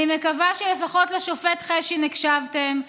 אני מקווה שלפחות לשופט חשין הקשבתם.